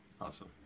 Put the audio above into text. Awesome